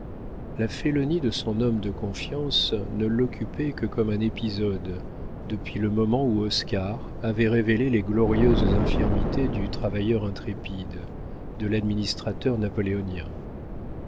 la félonie de son homme de confiance ne l'occupait que comme un épisode depuis le moment où oscar avait révélé les glorieuses infirmités du travailleur intrépide de l'administrateur napoléonien